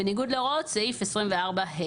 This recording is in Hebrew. בניגוד להוראות סעיף 24(ה).